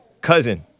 cousin